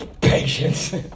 patience